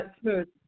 Smooth